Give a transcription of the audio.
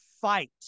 fight